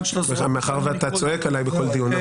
מאחר שאתה צועק עליי בכל דיון.